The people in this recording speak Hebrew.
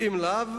ואם לא,